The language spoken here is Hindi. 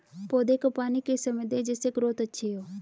पौधे को पानी किस समय दें जिससे ग्रोथ अच्छी हो?